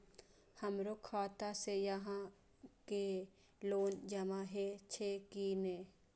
हमरो खाता से यहां के लोन जमा हे छे की ने?